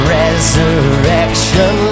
resurrection